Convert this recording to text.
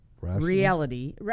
reality